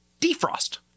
defrost